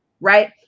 right